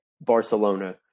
Barcelona